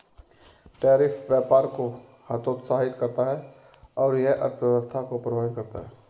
tariff व्यापार को हतोत्साहित करता है और यह अर्थव्यवस्था को प्रभावित करता है